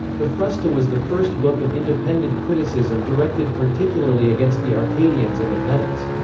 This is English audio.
the frusta was the first book of independent criticism directed particularly against the arcadians and the pedants.